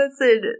listen